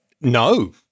No